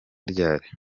ryari